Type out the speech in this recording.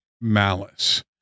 malice